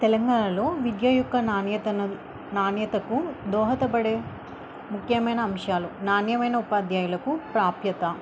తెలంగాణలో విద్య యొక్క నాణ్యతను నాణ్యతకు దోహదపడే ముఖ్యమైన అంశాలు నాణ్యమైన ఉపాధ్యాయులకు ప్రాప్యత